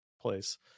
place